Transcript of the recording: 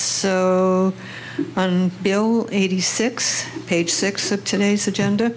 and bill eighty six page six at today's agenda